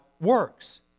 works